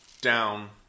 down